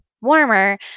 warmer